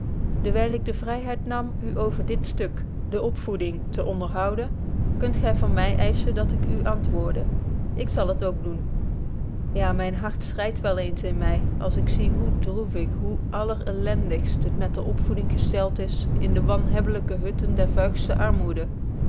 dewyl ik de vryheid nam u over dit stuk de opvoeding betje wolff proeve over de opvoeding te onderhouden kunt gy van my eischen dat ik u antwoorde ik zal het ook doen ja myn hart schreit wel eens in my als ik zie hoe droevig hoe allerëlendigst het met de opvoeding gestelt is in de wanhebbelyke hutten der vuigste armoede